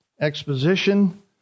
Exposition